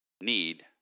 need